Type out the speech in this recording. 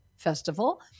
Festival